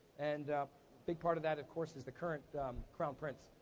and a big part of that, of course, is the current crown prince.